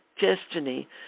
destiny